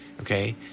okay